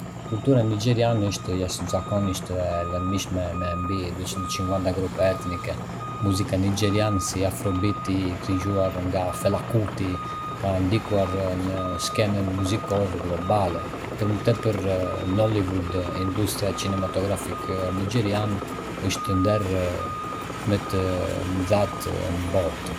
Kultura nigeriane është jashtëzakonisht e larmishme, me mbi duecentocinquanta grupe etnike. Muzika nigeriane, si afrobeat-i i krijuar nga Fela Kuti, ka ndikuar në skenën muzikore globale. Për më tepër, Nollywood, industria kinematografike nigeriane, është ndër më të mëdhatë në botë.